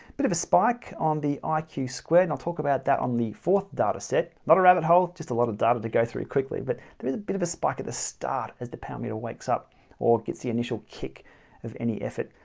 bit of a spike on the like iq squared i'll talk about that on the fourth data set. not a rabbit hole just a lot of data to go through quickly but there is a bit of a spike at the start as the power meter wakes up or gets the initial kick of any effort